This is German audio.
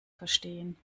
verstehen